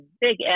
big